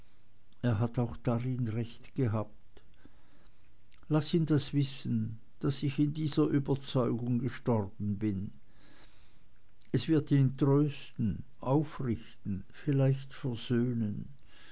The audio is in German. er hat auch darin recht gehabt laß ihn das wissen daß ich in dieser überzeugung gestorben bin es wird ihn trösten aufrichten vielleicht versöhnen